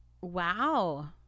Wow